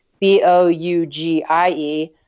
B-O-U-G-I-E